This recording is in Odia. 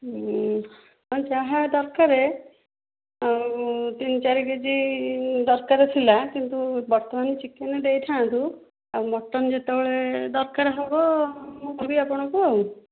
ହଁ ଯାହା ଦରକାର ଆଉ ତିନି ଚାରି କେଜି ଦରକାର ଥିଲା କିନ୍ତୁ ବର୍ତ୍ତମାନ ଚିକେନ୍ ଦେଇଥାନ୍ତୁ ଆଉ ମଟନ୍ ଯେତେବେଳେ ଦରକାର ହବ ମୁଁ କହିବି ଆପଣଙ୍କୁ ଆଉ